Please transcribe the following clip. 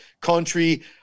country